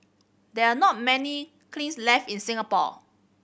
there are not many kilns left in Singapore